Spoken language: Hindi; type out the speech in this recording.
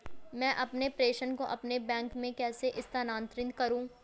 मैं अपने प्रेषण को अपने बैंक में कैसे स्थानांतरित करूँ?